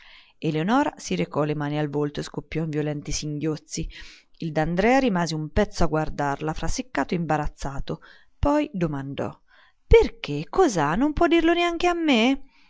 eleonora si recò le mani al volto e scoppiò in violenti singhiozzi il d'andrea rimase un pezzo a guardarla fra seccato e imbarazzato poi domandò perché che cos'ha non può dirlo neanche a me